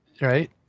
right